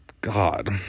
God